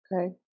Okay